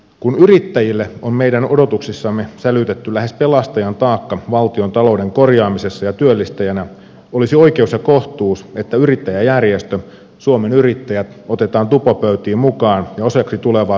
kun yrittäjille on meidän odotuksissamme sälytetty lähes pelastajan taakka valtiontalouden korjaamisessa ja työllistäjänä olisi oikeus ja kohtuus että yrittäjäjärjestö suomen yrittäjät otetaan tupopöytiin mukaan ja osaksi tulevaa työmarkkinaratkaisua